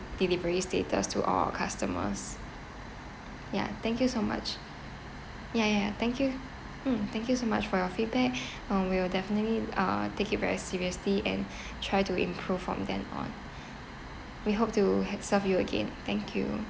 delivery status to all customers ya thank you so much ya ya ya thank you mm thank you so much for your feedback um we'll definitely ah take it very seriously and try to improve from then on we hope to have served you again thank you